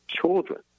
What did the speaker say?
children